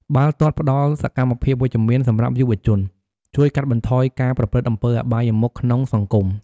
បាល់ទាត់ផ្តល់សកម្មភាពវិជ្ជមានសម្រាប់យុវជន ជួយកាត់បន្ថយការប្រព្រឹត្តអំពើអបាយមុខក្នុងសង្គម។